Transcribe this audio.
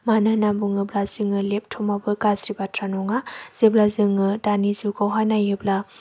मानो होना बुङोब्ला जोङो लेपटपआवबो गाज्रि बाथ्रा नङा जेब्ला जोङो दानि जुगावहाय नायोब्ला